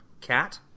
Cat